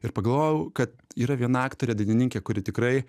ir pagalvojau kad yra viena aktorė dainininkė kuri tikrai